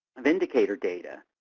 um indicator data,